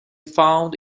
found